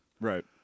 Right